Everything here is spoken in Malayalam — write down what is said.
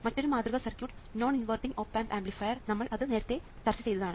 മറ്റൊരു മാതൃക circuit non inverting op amp ആംപ്ലിഫയറാണ് നമ്മൾ അത് നേരത്തെ ചർച്ച ചെയ്തതാണ്